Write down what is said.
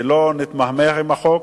שלא נתמהמה עם החוק.